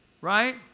Right